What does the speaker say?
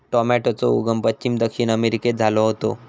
टॉमेटोचो उगम पश्चिम दक्षिण अमेरिकेत झालो होतो